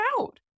out